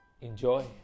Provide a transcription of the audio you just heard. Enjoy